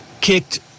kicked